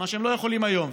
מה שהם לא יכולים היום,